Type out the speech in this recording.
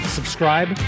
Subscribe